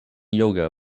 yoga